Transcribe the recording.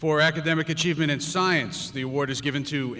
for academic achievement in science the award is given to